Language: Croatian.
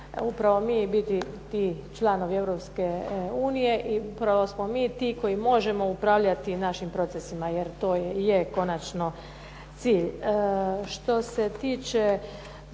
upravo biti mi ti članovi Europske unije i upravo smo mi ti koji možemo upravljati našim procesima, jer to je konačno cilj.